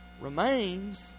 remains